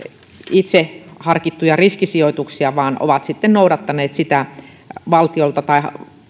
itse harkittuja riskisijoituksia vaan ovat noudattaneet sitä valtiolta tai